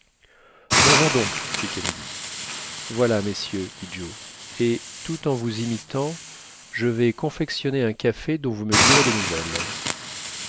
mangeons donc fit kennedy voilà messieurs dit joe et tout en vous imitant je vais confectionner un café dont vous me direz des nouvelles